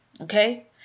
Okay